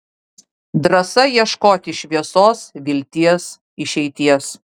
drąsa ieškoti šviesos vilties išeities